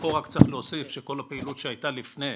ופה רק צריך להוסיף שכל הפעילות שהייתה לפני,